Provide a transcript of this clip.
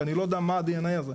ואני לא יודע מה ה-DNA הזה,